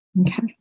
Okay